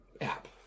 app